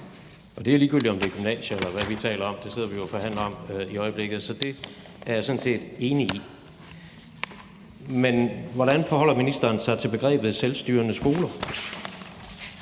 og det er jo ligegyldigt, om det er gymnasiet, eller hvad vi taler om – det sidder vi jo og forhandler om i øjeblikket. Så det er jeg sådan set enig i. Men hvordan forholder ministeren sig til begrebet selvstyrende skoler